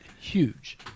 huge